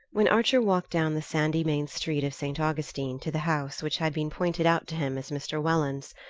when archer walked down the sandy main street of st. augustine to the house which had been pointed out to him as mr. welland's,